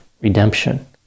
redemption